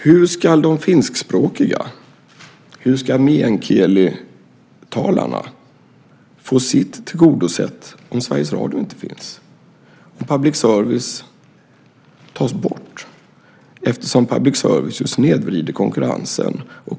Hur ska de finskspråkiga och meänkielitalarna få sitt tillgodosett om Sveriges Radio inte finns och public service tas bort, eftersom public service ju snedvrider konkurrensen?